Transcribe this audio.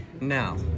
Now